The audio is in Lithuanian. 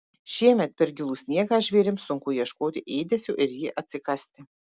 šiemet per gilų sniegą žvėrims sunku ieškoti ėdesio ir jį atsikasti